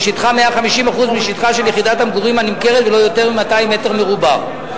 ששטחה 150% של שטח יחידת המגורים הנמכרת ולא יותר מ-200 מטר מרובע.